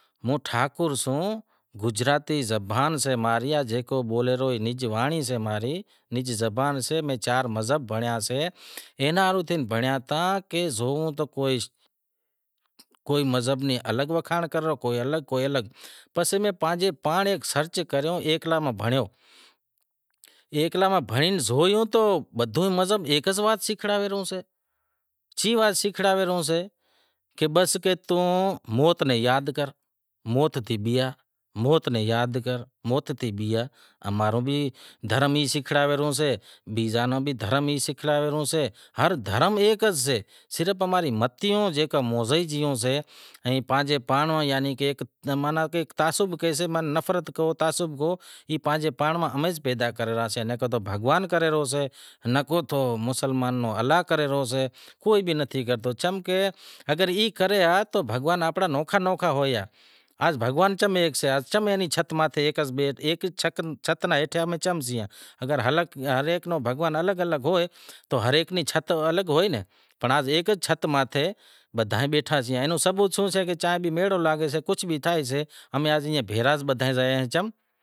ہوں ٹھاکر سوں، گجراتی زبان سے ماں ری، جیکو بولے رہیو ای نج وانڑی سے ماں ری نج زبان سے، میں چار پانس مذہب بھنڑیا سے اینا ہاروں تھے بھنڑیا تا کہ زوں تو کوئی مذہب نیں الگ واکھانڑ کری رہیو کوئی الگ پسے میں پانجے پانڑ سرچ کریو ایکلا میں بھنڑیو، ایکلاں ماں بھنڑی زویو تو بدہو مذہب ایک ای وات سیکھلاڑے ریو سے، کی وات سیکھلاڑے ریو سے کہ بس کہ توں موت نیں یاد کر موت نیں بیہاز، موت نیں یاد کر موت نیں بیہا، امارو بھی دھرم ای سیکھلاڑے ریو سے بیزاں را دھرم بھی ای سیکھلاڑے ریو سے، ہر دھرم ایک وات سے صرف اماریوں متیوں زیکا مونزے گیوں سے ائیں پانجی پانڑ یعنی کہ ماناں تعصب نفرت پانجے پانڑ ماں اماں ئی پیدا کرے ریا ساں، نکو امارو بھگوان کرے ریو سے نکو مسلمان رو الاہ کرے ریو سے کوئی بھی نتھی کرتو، اگر ای کرے ہا تو بھگوان آنپڑا انوکھا انوکھا ہوئیں ہا، آز بھگوان چم ایک سے چم یعنی ایک چھت ہیٹھیاں ام چم سیئاں؟ ہر ایک رو بھگوان الگ ہوئے تو ہر ایک نیں چھت الگ ہوئے پنڑ اج ایک ئی چھت ہیٹھ بدہا ئی بیٹھا سیئاں اینو ثبوت شوں سے کہ چاں بھی میڑو لاگے سے کجھ بھی تھے سے امیں ایئں بھیڑا ئی بدہا زایاں چم